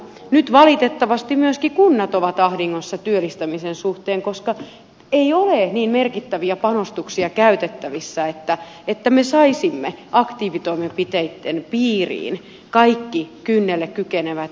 nyt valitettavasti myöskin kunnat ovat ahdingossa työllistämisen suhteen koska ei ole niin merkittäviä panostuksia käytettävissä että me saisimme aktiivitoimenpiteitten piiriin kaikki kynnelle kykenevät